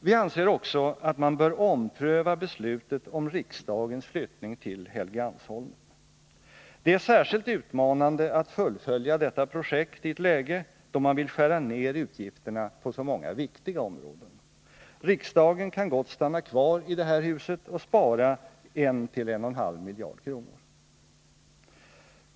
Vi anser också att man bör ompröva beslutet om riksdagens flyttning till Helgeandsholmen. Det är särskilt utmanande att fullfölja detta projekti ett läge då man vill skära ner utgifterna på så många viktiga områden. Riksdagen kan gott stanna kvar i det här huset och spara 1—1 1/2 miljard kronor.